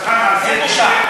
אין בושה.